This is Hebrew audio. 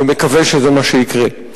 ומקווה שזה מה שיקרה.